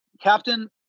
Captain